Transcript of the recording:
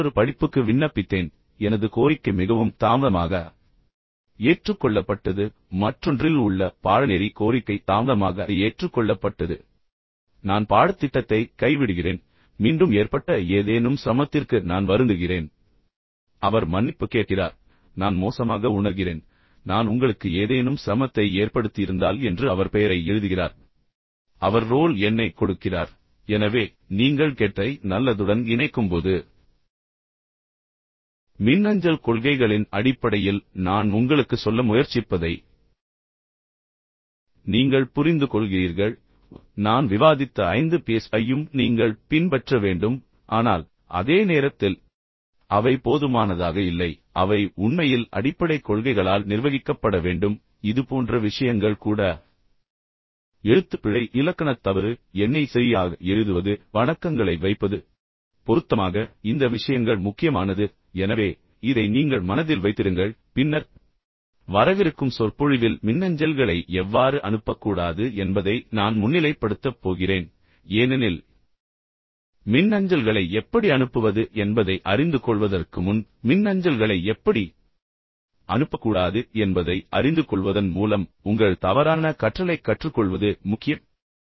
நான் மற்றொரு படிப்புக்கு விண்ணப்பித்தேன் அவர் ஏன் கைவிடுகிறார் என்பதற்கான காரணத்தை அவர் கூறுகிறார் அவரது கோரிக்கை மிகவும் தாமதமாக ஏற்றுக்கொள்ளப்பட்டது எனவே இது அவரது தவறு அல்ல ஆனால் மற்றொன்றில் உள்ள பாடநெறி கோரிக்கை தாமதமாக ஏற்றுக்கொள்ளப்பட்டது எனவே நான் பாடத்திட்டத்தை கைவிடுகிறேன் மீண்டும் ஏற்பட்ட ஏதேனும் சிரமத்திற்கு நான் வருந்துகிறேன் அவர் மன்னிப்பு கேட்கிறார் எனவே நான் மோசமாக உணர்கிறேன் நான் உங்களுக்கு ஏதேனும் சிரமத்தை ஏற்படுத்தியிருந்தால் என்று அவர் பெயரை எழுதுகிறார் அவர் ரோல் எண்ணைக் கொடுக்கிறார் எனவே நீங்கள் கெட்டதை நல்லதுடன் இணைக்கும்போது மின்னஞ்சல் கொள்கைகளின் அடிப்படையில் நான் உங்களுக்குச் சொல்ல முயற்சிப்பதை நீங்கள் புரிந்துகொள்கிறீர்கள் நான் விவாதித்த ஐந்து Ps ஐயும் நீங்கள் பின்பற்ற வேண்டும் ஆனால் அதே நேரத்தில் அவை போதுமானதாக இல்லை அவை உண்மையில் அடிப்படை கொள்கைகளால் நிர்வகிக்கப்பட வேண்டும் இது போன்ற விஷயங்கள் கூட எழுத்துப்பிழை இலக்கணத் தவறு எண்ணை சரியாக எழுதுவது வணக்கங்களை வைப்பது பொருத்தமாக இந்த விஷயங்கள் முக்கியமானது எனவே இதை நீங்கள் மனதில் வைத்திருங்கள் பின்னர் வரவிருக்கும் சொற்பொழிவில் மின்னஞ்சல்களை எவ்வாறு அனுப்பக்கூடாது என்பதை நான் முன்னிலைப்படுத்தப் போகிறேன் ஏனெனில் மின்னஞ்சல்களை எப்படி அனுப்புவது என்பதை அறிந்துகொள்வதற்கு முன் மின்னஞ்சல்களை எப்படி அனுப்பக்கூடாது என்பதை அறிந்துகொள்வதன் மூலம் உங்கள் தவறான கற்றலைக் கற்றுக்கொள்வது முக்கியம்